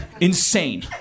Insane